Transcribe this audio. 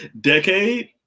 decade